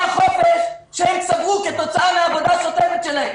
החופש שהם צברו כתוצאה מעבודה שוטפת שלהם.